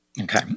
Okay